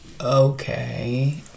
Okay